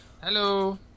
Hello